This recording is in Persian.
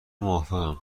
موافقم